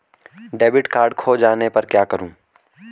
Debit card खो जाने पर क्या करूँ?